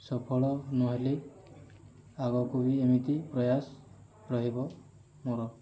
ସଫଳ ନହେଲି ଆଗକୁ ବି ଏମିତି ପ୍ରୟାସ ରହିବ ମୋ'ର